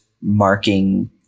marking